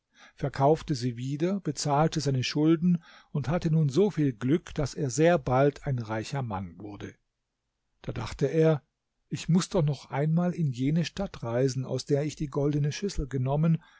verkaufte sie wieder bezahlte seine schulden und hatte nun so viel glück daß er sehr bald ein reicher mann wurde da dachte er ich muß doch noch einmal in jene stadt reisen aus der ich die goldene schüssel genommen